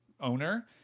owner